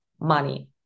money